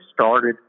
started